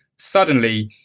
suddenly,